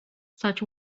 such